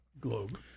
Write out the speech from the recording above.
globe